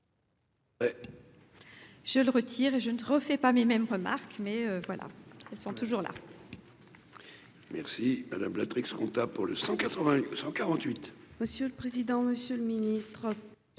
Je le retire, et je ne refais pas mes même remarque, mais voilà, elles sont toujours là. Merci madame comptable pour le 180 148. Monsieur le président, Monsieur le Ministre,